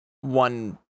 one